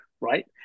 right